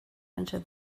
into